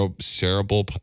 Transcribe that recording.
cerebral